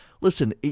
Listen